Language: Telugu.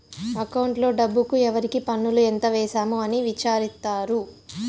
అకౌంట్లో డబ్బుకు ఎవరికి పన్నులు ఎంత వేసాము అని విచారిత్తారు